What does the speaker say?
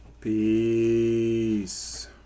Peace